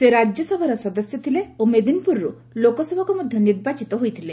ସେ ରାଜ୍ୟସଭାର ସଦସ୍ୟ ଥିଲେ ଓ ମେଦିନପୁରରୁ ଲୋକସଭାକୁ ମଧ୍ୟ ନିର୍ବାଚିତ ହୋଇଥିଲେ